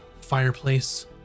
fireplace